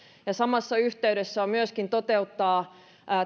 samassa yhteydessä toteutetaan myöskin